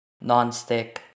Non-stick